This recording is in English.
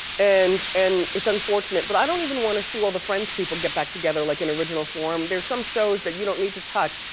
and and it's unfortunate but i don't even wanna see all the friends people get back together like in original form. there's some shows that you don't need to touch.